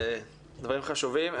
דברים חשובים.